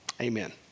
Amen